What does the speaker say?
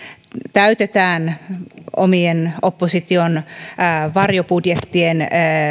käytetään opposition omien varjobudjettien